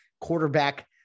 quarterback